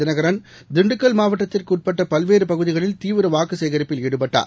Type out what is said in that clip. தினகரன் திண்டுக்கல் மாவட்டத்திற்குஉட்பட்டபல்வேறுபகுதிகளில் தீவிரவாக்குசேகரிப்பில் ஈடுபட்டார்